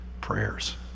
prayers